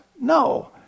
No